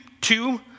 two